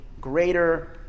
greater